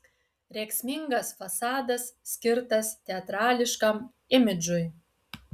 rėksmingas fasadas skirtas teatrališkam imidžui